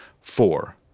four